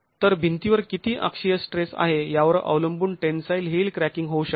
तर भिंतीवर किती अक्षीय स्ट्रेस आहे यावर अवलंबून टेन्साईल हील क्रॅकिंग होऊ शकते